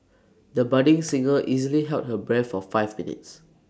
the budding singer easily held her breath for five minutes